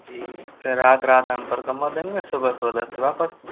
जी फिर रात रात हम परकम्मा देंगे सुबह फिर उधर से वापस